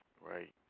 Right